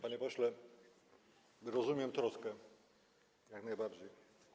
Panie pośle, rozumiem troskę, jak najbardziej.